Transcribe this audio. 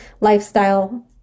lifestyle